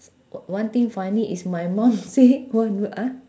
on~ one thing funny is my mum say